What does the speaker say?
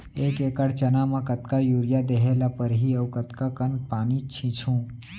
एक एकड़ चना म कतका यूरिया देहे ल परहि अऊ कतका कन पानी छींचहुं?